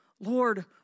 Lord